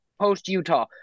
post-Utah